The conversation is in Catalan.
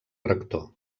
rector